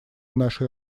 нашей